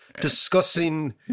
discussing